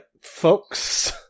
folks